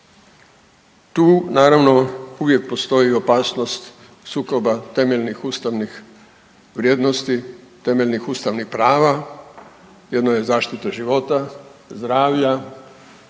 Tu naravno uvijek postoji opasnost sukoba temeljnih ustavnih vrijednosti i temeljnih ustavnih prava. Jedno je zaštita života zdravlja,